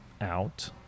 out